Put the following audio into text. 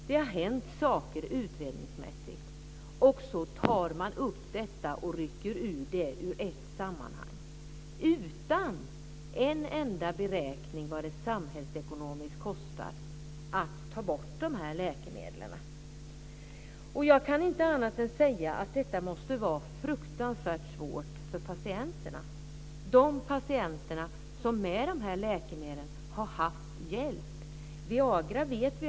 Det har hänt saker utredningsmässigt, men ändå rycker man ut detta ur sitt sammanhang, utan en enda beräkning av vad det samhällsekonomiskt kostar att ta bort de här läkemedlen. Jag kan inte annat än säga att detta måste vara fruktansvärt svårt för patienterna - de patienter som har fått hjälp av dessa läkemedel.